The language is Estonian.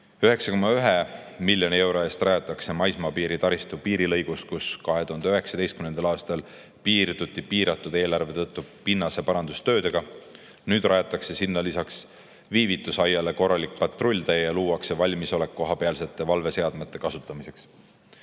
9,1 miljoni euro eest rajatakse maismaapiiritaristu piirilõigus, kus 2019. aastal piirduti piiratud eelarve tõttu pinnaseparandustöödega. Nüüd rajatakse sinna lisaks viivitusaiale korralik patrulltee ja luuakse valmisolek kohapealsete valveseadmete kasutamiseks,